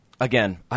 again